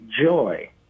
joy